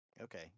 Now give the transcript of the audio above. Okay